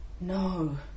No